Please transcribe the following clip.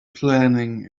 planning